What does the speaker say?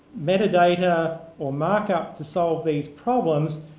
metadata or markup to solve these problems.